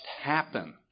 happen